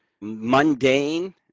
mundane